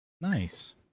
Nice